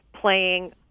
playing